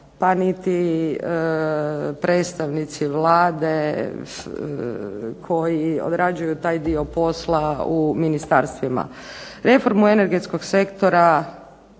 pa niti predstavnici Vlade koji odrađuju taj dio posla u ministarstvima. Reformu energetskog sektora